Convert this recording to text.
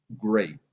great